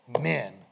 men